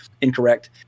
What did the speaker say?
incorrect